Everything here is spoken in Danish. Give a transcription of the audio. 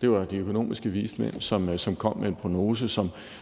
Det var de økonomiske vismænd, som kom med en prognose,